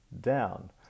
down